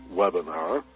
webinar